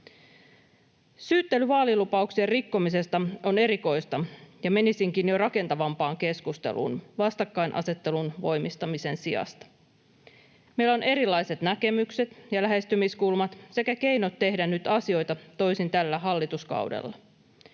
Syyttely vaalilupauksien rikkomisesta on erikoista, ja menisinkin jo rakentavampaan keskusteluun vastakkainasettelun voimistamisen sijasta. Meillä on erilaiset näkemykset ja lähestymiskulmat sekä keinot tehdä asioita toisin nyt tällä hallituskaudella.